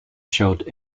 showed